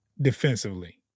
defensively